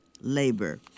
labor